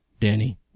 Danny